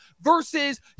versus